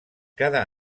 cada